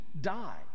die